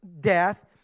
death